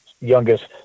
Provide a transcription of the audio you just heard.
youngest